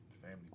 Family